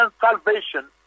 salvation